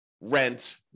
rent